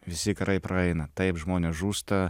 visi karai praeina taip žmonės žūsta